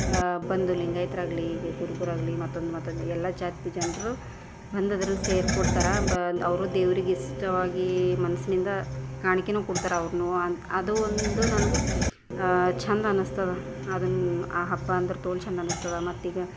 ಬಂದು ಲಿಂಗಾಯಿತರಾಗ್ಲಿ ಈಗ ಕುರುಬರಾಗ್ಲಿ ಮತ್ತೊಂದು ಮತ್ತೊಂದು ಎಲ್ಲ ಜಾತಿ ಜನರು ಬಂದದ್ರಲ್ಲಿ ಸೇರಿಕೊಡ್ತಾರೆ ಅವರು ದೇವರಿಗಿಷ್ಟವಾಗಿ ಮನಸ್ಸಿನಿಂದ ಕಾಣಿಕೆನೂ ಕೊಡ್ತಾರೆ ಅವ್ರನ್ನೂ ಅದು ಒಂದು ನನಗೆ ಚೆಂದ ಅನ್ನಿಸ್ತದೆ ಅದನ್ನು ಆ ಹಬ್ಬ ಅಂದ್ರೆ ತೋಲ್ ಚೆಂದ ಅನ್ನಿಸ್ತದೆ ಮತ್ತೀಗ